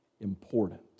important